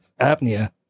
apnea